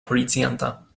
policjanta